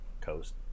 Coast